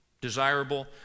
desirable